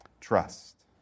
Trust